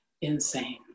insane